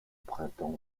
printemps